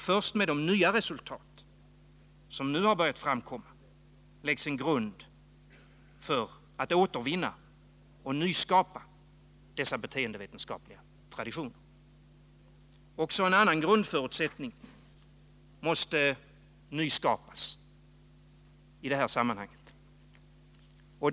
Först med de nya resultat som nu har börjat framkomma läggs en grund för att vi skall kunna återvinna och nyskapa dessa beteendevetenskapliga traditioner. Även en annan grundförutsättning måste i detta sammanhang nyskapas.